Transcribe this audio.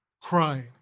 crying